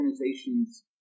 organization's